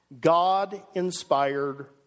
God-inspired